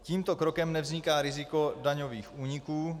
Tímto krokem nevzniká riziko daňových úniků.